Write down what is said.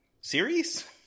series